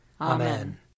Amen